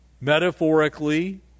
metaphorically